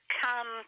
come